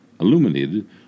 illuminated